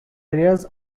areas